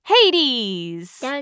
Hades